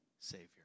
Savior